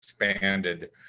expanded